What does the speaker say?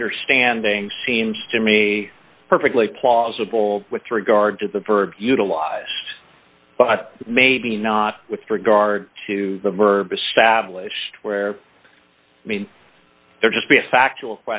understanding seems to me a perfectly plausible with regard to the verb utilized but maybe not with regard to the verb established where i mean there just be a fact